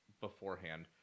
beforehand